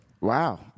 Wow